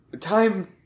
time